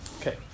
Okay